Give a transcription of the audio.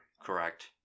Correct